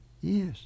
Yes